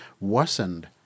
worsened